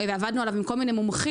עבדנו עליו עם כל מיני מומחים,